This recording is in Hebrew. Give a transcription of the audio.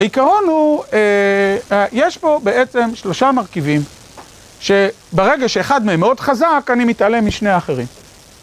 העיקרון הוא, יש פה בעצם שלושה מרכיבים, שברגע שאחד מהם מאוד חזק, אני מתעלם משני האחרים.